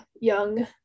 young